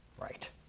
Right